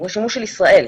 הוא השימוש של ישראל.